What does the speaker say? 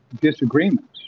disagreements